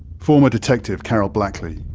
former detective karol blackley.